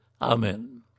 Amen